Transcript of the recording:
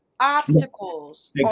Obstacles